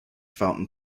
fountain